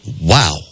Wow